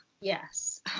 Yes